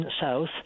South